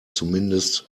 zumindest